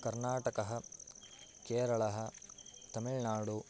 कर्नाटकः केरलः तमिळ्नाडु